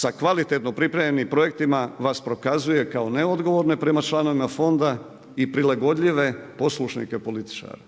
sa kvalitetno pripremljenim projektima vas prokazuje kao neodgovorne prema članovima fonda i prilagodljive poslušnike političare.